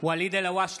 ואליד אלהואשלה,